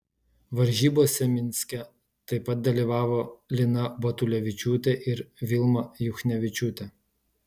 varžybose minske taip pat dalyvavo lina batulevičiūtė ir vilma juchnevičiūtė